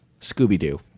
Scooby-Doo